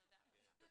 תודה רבה.